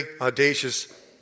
audacious